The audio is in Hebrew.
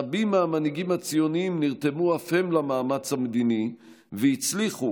רבים מהמנהיגים הציוניים נרתמו אף הם למאמץ המדיני והצליחו,